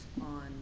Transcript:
on